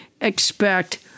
expect